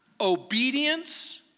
Obedience